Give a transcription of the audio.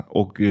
och